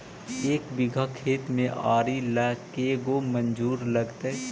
एक बिघा खेत में आरि ल के गो मजुर लगतै?